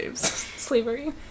Slavery